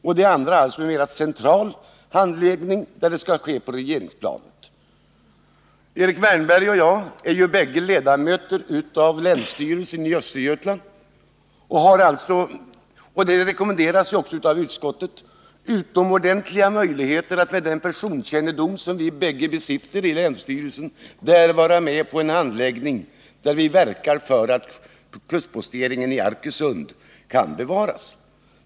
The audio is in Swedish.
Det andra alternativet avser en mer central handläggning, som skall ske på regeringsplanet. Erik Wärnberg och jag är bägge ledamöter av länsstyrelsen i Östergötland och har alltså utomordentliga möjligheter, med den personkännedom som vi besitter, att där vara med om en handläggning där vi verkar för att kustposteringen i Arkösund kan bevaras.